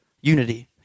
Unity